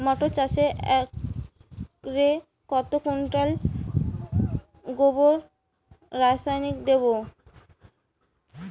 মটর চাষে একরে কত কুইন্টাল গোবরসার দেবো?